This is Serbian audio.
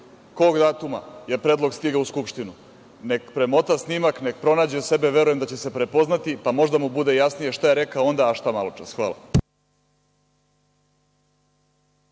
kog datume je predlog stigao u Skupštinu, neka premota snimak, neka pronađe sebe, verujem da će se prepoznati, pa možda mu bude jasnije šta je rekao onda, a šta maločas. Hvala.